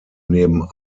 neben